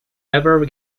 ever